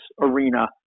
arena